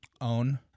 Own